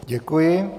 Děkuji.